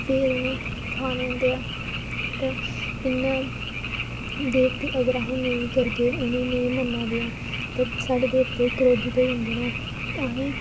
फिर उ'नें खाने होंदे ऐ ते इ'यां देवतें अगर अस नेईं करगे उ'नें ई नेईं मन्ना दे आं ते साढ़े देवते क्रोधित होई जंदे न अहें ई